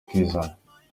ukizana